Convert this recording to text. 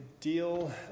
deal